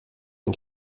ein